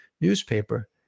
newspaper